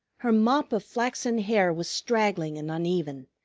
her mop of flaxen hair was straggling and uneven,